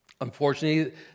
Unfortunately